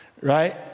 right